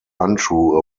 untrue